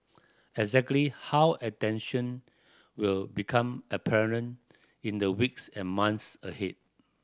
exactly how attention will become apparent in the weeks and months ahead